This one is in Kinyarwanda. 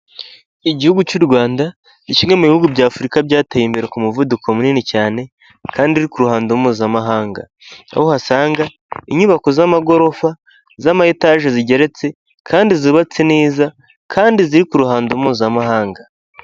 Igihugu cy'u Rwanda ni kimwe mu bihugu by'Afurika byateye imbere ku muvuduko munini cyane kandi uri ku ruhando mpuzamahanga, aho uhasanga inyubako z'amagorofa, iz'amayetaje zigeretse kandi zubatse neza kandi ziri ku ruhando mpuzamahanga.